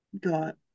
got